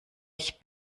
ich